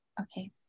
Okay